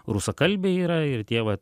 rusakalbiai yra ir tie va